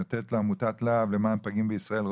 עמותת להב למען פגים בישראל,